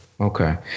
Okay